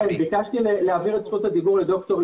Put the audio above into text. כל הנושא של